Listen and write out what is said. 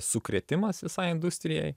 sukrėtimas visai industrijai